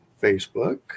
Facebook